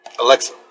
Alexa